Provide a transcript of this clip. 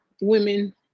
women